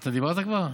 אתה דיברת כבר?